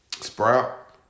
sprout